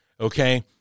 okay